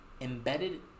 embedded